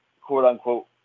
quote-unquote